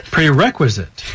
Prerequisite